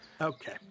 Okay